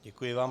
Děkuji vám.